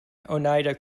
oneida